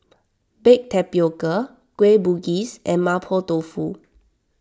Baked Tapioca Kueh Bugis and Mapo Tofu